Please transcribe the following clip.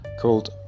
called